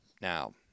Now